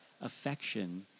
affection